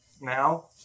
now